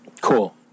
Cool